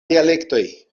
dialektoj